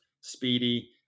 speedy